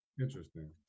Interesting